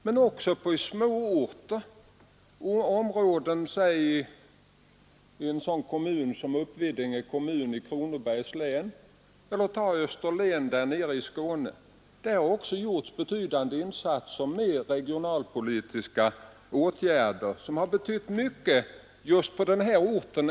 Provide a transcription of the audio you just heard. Men även på många andra håll, t.ex. Uppvidinge kommun i Kronobergs län eller Österlen nere i Skåne, har det gjorts betydande insatser med regionalpolitiska åtgärder, som har betytt mycket just på respektive ort.